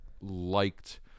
liked